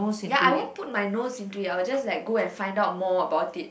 ya I wouldn't put my nose into it I just like go and find out more about it